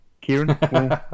Kieran